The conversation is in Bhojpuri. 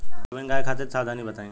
गाभिन गाय खातिर सावधानी बताई?